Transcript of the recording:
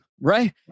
Right